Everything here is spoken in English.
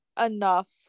enough